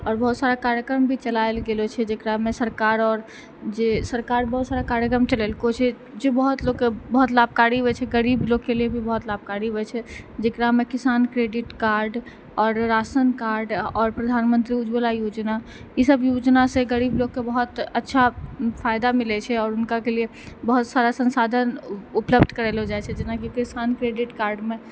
आओर बहुत सारा कार्यक्रम भी चलाएल गेलऽ छै जकरामे सरकार आओर जे सरकार बहुत सारा कार्यक्रम चलेलकऽ छै जे बहुत लोकके बहुत लाभकारी होइ छै गरीब लोकके लिए भी बहुत लाभकारी होइ छै जकरामे किसान क्रेडिट कार्ड आओर राशन कार्ड आओर प्रधानमंत्री उज्ज्वला योजना ई सब योजनासँ गरीब लोकके बहुत अच्छा फायदा मिलै छै आओर हुनकाके लिए बहुत सारा संसाधन उपलब्ध करैलऽ जाइ छै जेनाकि किसान क्रेडिट कार्डमे